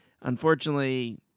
unfortunately